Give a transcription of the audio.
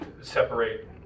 separate